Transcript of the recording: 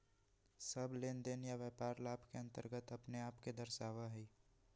सब लेनदेन या व्यापार लाभ के अन्तर्गत अपने आप के दर्शावा हई